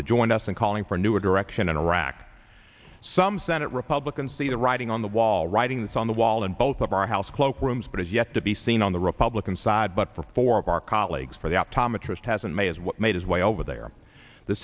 to join us in calling for newer direction in iraq some senate republicans see the writing on the wall writing this on the wall in both of our house cloak rooms but as yet to be seen on the republican side but for four of our colleagues for the optometrist hasn't made as what made his way over there the